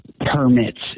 permits